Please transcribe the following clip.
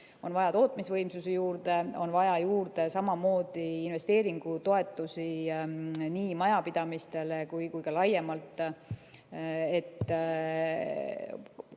On vaja tootmisvõimsusi juurde, on vaja juurde samamoodi investeeringutoetusi nii majapidamistele kui ka laiemalt,